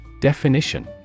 Definition